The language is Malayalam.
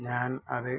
ഞാൻ അത്